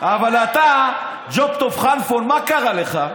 אבל אתה, ג'וב טוב כלפון, מה קרה לך?